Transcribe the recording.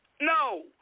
no